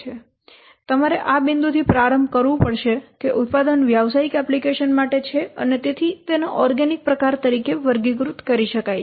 તેથી તમારે આ બિંદુથી પ્રારંભ કરવું પડશે કે ઉત્પાદન વ્યવસાયિક એપ્લિકેશન માટે છે અને તેથી તેને ઓર્ગેનિક પ્રકાર તરીકે વર્ગીકૃત કરી શકાય છે